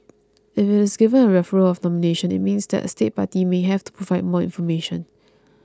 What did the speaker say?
if it is given a referral of nomination it means that a state party may have to provide more information